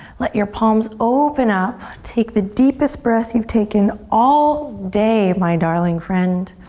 let your palms open up, take the deepest breath you've taken all day, my darling friend.